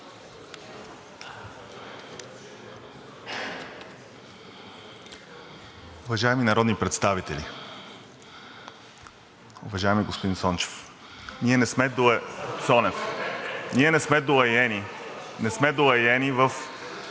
Уважаеми народни представители! Уважаеми господин Цонев, ние не сме доайени в